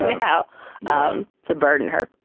how um to burden her?